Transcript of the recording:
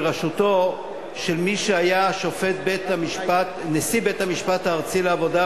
בראשותו של מי שהיה נשיא בית-המשפט הארצי לעבודה,